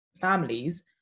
families